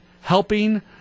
helping